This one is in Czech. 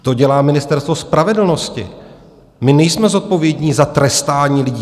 To dělá Ministerstvo spravedlnosti, my nejsme zodpovědní za trestání lidí.